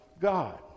God